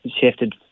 shifted